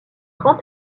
grand